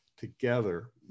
together